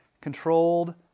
controlled